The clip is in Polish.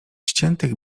ściętych